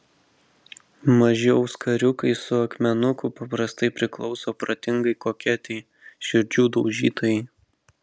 maži auskariukai su akmenuku paprastai priklauso protingai koketei širdžių daužytojai